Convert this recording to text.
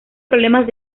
problemas